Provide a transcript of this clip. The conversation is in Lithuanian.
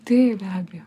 taip be abejo